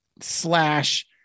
slash